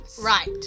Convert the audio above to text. Right